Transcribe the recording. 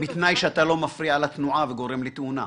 בתנאי שאתה לא מפריע לתנועה וגורם לתאונה.